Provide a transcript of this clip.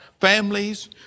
families